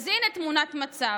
אז הינה תמונת מצב.